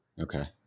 Okay